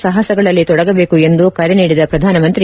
ಸಾಹಸಗಳಲ್ಲಿ ತೊಡಗಬೇಕು ಎಂದು ಕರೆ ನೀಡಿದ ಪ್ರಧಾನಮಂತ್ರಿ